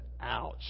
ouch